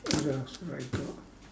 what else have I got